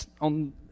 on